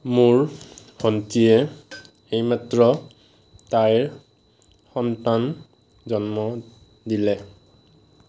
মোৰ ভন্তিয়ে এইমাত্ৰ তাইৰ সন্তান জন্ম দিলে